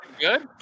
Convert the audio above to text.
good